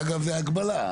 שזה אגב, זה הגבלה.